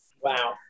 Wow